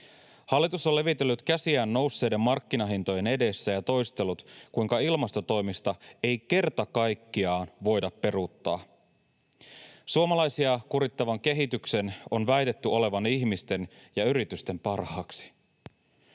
Hallitus on levitellyt käsiään nousseiden markkinahintojen edessä ja toistellut, kuinka ilmastotoimista ei kerta kaikkiaan voida peruuttaa. Suomalaisia kurittavan kehityksen on väitetty olevan ihmisten ja yritysten parhaaksi.